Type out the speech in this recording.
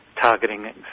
targeting